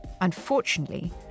Unfortunately